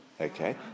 Okay